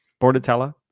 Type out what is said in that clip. Bordetella